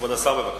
כבוד השר, בבקשה.